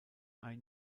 ein